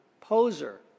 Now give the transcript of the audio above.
poser